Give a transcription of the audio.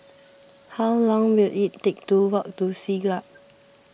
how long will it take to walk to Siglap